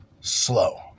slow